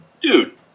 Dude